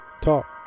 talk